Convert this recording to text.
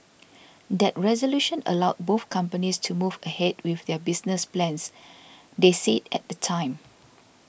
that resolution allowed both companies to move ahead with their business plans they said at the time